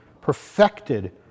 perfected